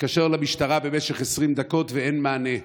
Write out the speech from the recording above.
מתקשר למשטרה במשך 20 דקות ואין מענה.